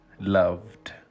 loved